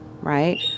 right